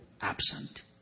absent